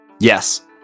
yes